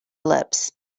ellipse